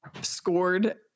scored